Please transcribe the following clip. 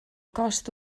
cost